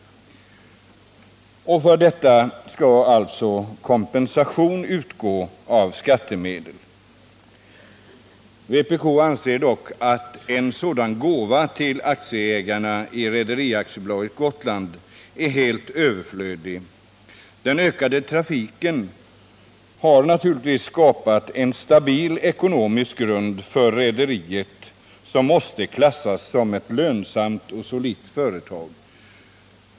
För detta skall alltså kompensation utgå av skattemedel. Vpk anser dock att en sådan gåva till aktieägarna i Rederi AB Gotland är helt överflödig. Den ökade trafiken har skapat en stabil ekonomisk grund för rederiet, som måste klassas som ett lönsamt och solitt företag.